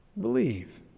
Believe